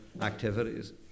activities